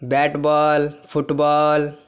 bat ball football